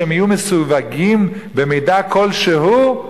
שהם יהיו מסווגים במידע כלשהו?